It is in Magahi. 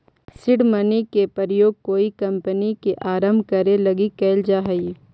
सीड मनी के प्रयोग कोई कंपनी के आरंभ करे लगी कैल जा हई